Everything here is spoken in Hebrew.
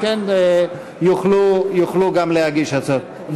יוכלו להגיש הצעות.